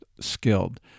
skilled